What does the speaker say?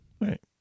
Right